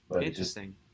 Interesting